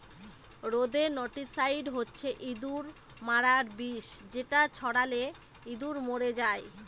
rodenticide হচ্ছে ইঁদুর মারার বিষ যেটা ছড়ালে ইঁদুর মরে যায়